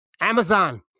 Amazon